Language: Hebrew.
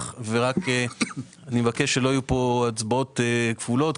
ואני מבקש שלא יהיו פה הצבעות כפולות.